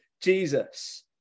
Jesus